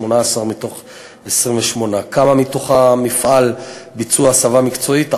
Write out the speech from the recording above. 18 מתוך 28. 4. כמה מתוך המפעל עברו הסבה מקצועית,